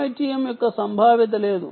MITM యొక్క సంభావ్యత లేదు